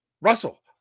Russell